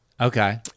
Okay